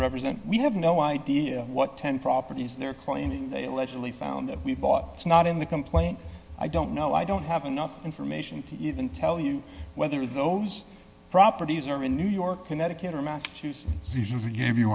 represent we have no idea what ten properties they're claiming they allegedly found we bought it's not in the complaint i don't know i don't have enough information to even tell you whether those properties are in new york connecticut or massachusetts